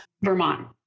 Vermont